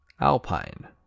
Alpine